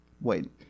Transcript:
wait